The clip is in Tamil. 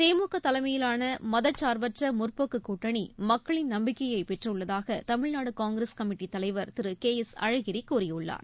திமுக தலைமையிலான மதச்சார்பற்ற முற்போக்குக் கூட்டணி மக்களின் நம்பிக்கையை பெற்றுள்ளதாக தமிழ்நாடு காங்கிரஸ் கமிட்டித் தலைவர் திரு கே எஸ் அழகிரி கூறியுள்ளார்